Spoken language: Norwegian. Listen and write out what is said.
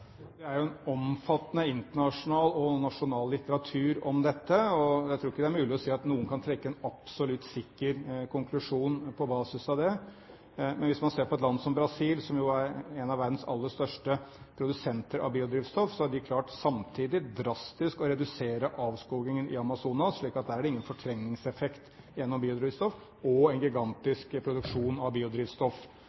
er jo en omfattende internasjonal og nasjonal litteratur om dette, og jeg tror ikke det er mulig å si at noen kan trekke en absolutt sikker konklusjon på basis av det. Men hvis man ser på et land som Brasil, som jo er en av verdens aller største produsenter av biodrivstoff, har de klart samtidig drastisk å redusere avskogingen i Amazonas, slik at der er det ingen fortrengningseffekt gjennom biodrivstoff og en